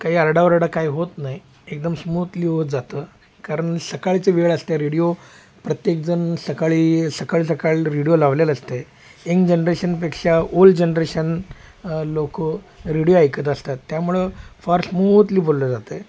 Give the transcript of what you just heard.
काही अरडा ओरडा काही होत नाही एकदम स्मूथली होत जातं कारण सकाळचं वेळ असते रेडिओ प्रत्येकजणसकाळी सकाळी सकाळ रेडिओ लावलेलं असतंय इंग जनरेशनपेक्षा ओल्ड जनरेशन लोक रेडिओ ऐकत असतात त्यामुळं फार स्मूथली बोललं जातं आहे